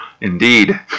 Indeed